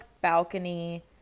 balcony